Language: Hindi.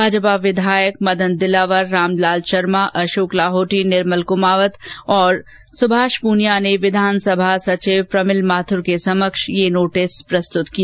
भाजपा विधायक मदन दिलावर रामलाल शर्मा अशोक लाहौटी निर्मल कुमावत तथा सुभाष पूनिया ने आज विधानसभा सचिव प्रमिल माथुर के समक्ष यह नोटिस प्रस्तुत किया